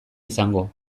izango